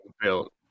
built